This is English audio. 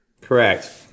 Correct